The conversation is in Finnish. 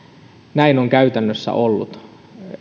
näin on käytännössä ollut